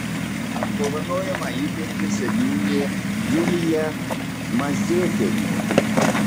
apdovanojimą įteikė seniūnė julija mazėtienė